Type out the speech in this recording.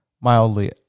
mildly